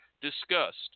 discussed